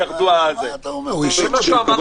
זה מה שהוא אמר